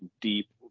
deep